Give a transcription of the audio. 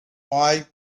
why